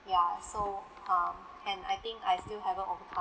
ya so um and I think I still haven't overcome